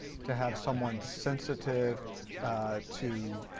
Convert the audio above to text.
to have someone sensitive to